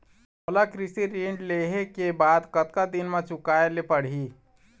मोला कृषि ऋण लेहे के बाद कतका दिन मा चुकाए ले पड़ही?